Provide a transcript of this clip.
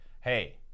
Hey